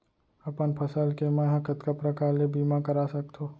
अपन फसल के मै ह कतका प्रकार ले बीमा करा सकथो?